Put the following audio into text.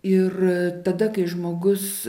ir tada kai žmogus